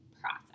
process